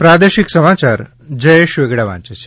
પ્રાદેશિક સમાચાર જયેશ વેગડા વાંચે છે